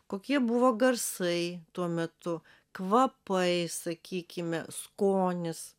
kokie buvo garsai tuo metu kvapai sakykime skonis